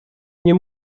nie